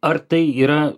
ar tai yra